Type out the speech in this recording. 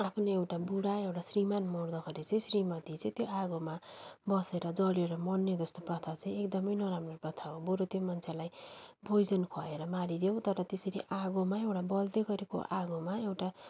आफ्नो एउटा बुढा एउटा श्रीमान मर्दाखेरि चाहिँ श्रीमती चाहिँ त्यो आगोमा बसेर जलेर मर्ने जस्तो प्रथा चाहिँ एकदमै नराम्रो प्रथा हो बरू त्यो मान्छेलाई पोइजन खुवाएर मारिदेउ तर त्यसरी आगोमा एउटा बल्दै गरेको आगोमा एउटा